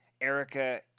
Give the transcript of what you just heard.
Erica